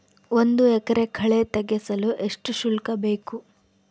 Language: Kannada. ಒಂದು ಎಕರೆ ಕಳೆ ತೆಗೆಸಲು ಎಷ್ಟು ಶುಲ್ಕ ಬೇಕು?